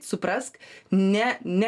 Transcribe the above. suprask ne ne